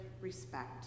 respect